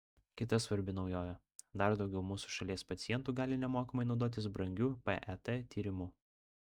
kita svarbi naujovė dar daugiau mūsų šalies pacientų gali nemokamai naudotis brangiu pet tyrimu